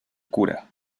cura